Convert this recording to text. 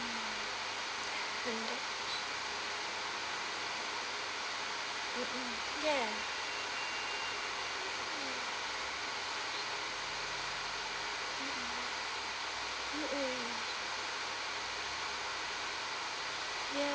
ya mmhmm ya